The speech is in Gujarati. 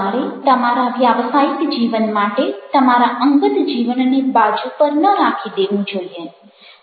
તમારે તમારા વ્યાવસાયિક જીવન માટે તમારા અંગત જીવનને બાજુ પર ન રાખી દેવું જોઈએ